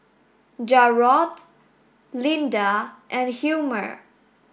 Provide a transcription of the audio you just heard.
Jarrod Lynda and Hilmer